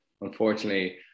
unfortunately